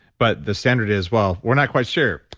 but, the standard is, well, we're not quite sure.